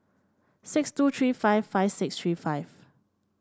six two three five five six three five